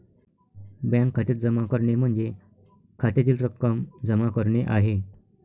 bank खात्यात जमा करणे म्हणजे खात्यातील रक्कम जमा करणे आहे